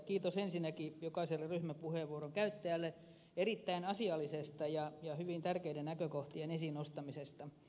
kiitos ensinnäkin jokaiselle ryhmäpuheenvuoron käyttäjälle erittäin asiallisesta hyvin tärkeiden näkökohtien esiin nostamisesta